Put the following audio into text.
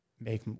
make